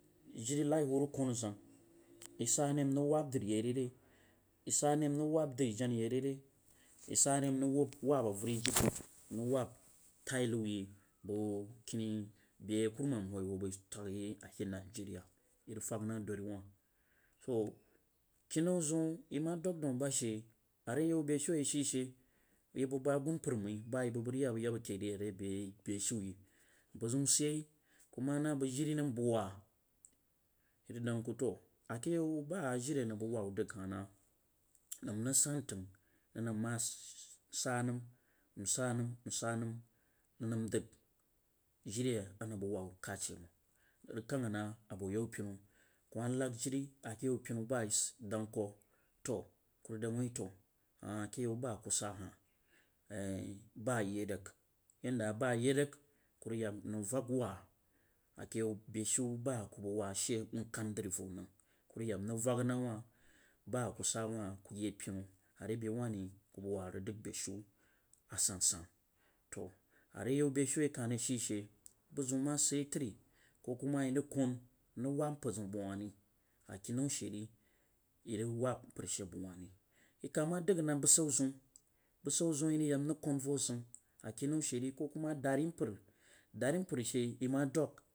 Jiri lai wuh rig janzəg yeh san nehnrig wab dri ri re, yeh sah neh nrig wab de drina yeh re yeh, sah neh nrig wab dri jibe nrig wab tai lau yeh bang keni beh a kuruman wuh yeh bai tag yeh a yeh ma dung dau ba shi a ri ywa beshu tu kenu zauri yeh ma dang ba shi a ri yaw bushu a yeh shi she yeh bangba a gumper mai ba yeh banf banf rig yab a yab jeh re rebe beshu mpar zpun sif yeh ku ma na mang jiri nam bang waa yeh rig dang ku, to a keh yau ba jiri a nam ku dang bah na nam rig san tag nang nam ma shii shi sah nam msah nam msha nanh nam dang jiri a nang vbang waa wu kad shee mang rig kaana abu yan oenu kuma lai diri a keh yan pinu ba ss yeg danng ku to ku rig dang wuti, to ah a keh yau ba ju sah tah ba yeh rig yan dah ba yan rig ku rig yak nrig vagwaa keh yeu br shu ba a ku bang waa shii nkang nkang sri fam bang ku ng rig yeki nrig vak na wah ba ku sah wah ku yed penu a ri bai wah ri ku wang rig dag bushu asansam, to a re yeu wah ri ku wa rig dag bushu asansan to a re yau besu a yeh kah rig shi, she buziu ma sid yeh tri ko ku ma yeh rig kun nurih wab mpar ziu bang wah ri a keh neu she ri yeh rig wab moar she bang waa ni yeh kah ma danf na bushu ziu bushu ziu a yeh rig kan va zang a keh nau she ko ku ma dari mpar daru nmoar she yeh ma dəng